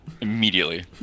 immediately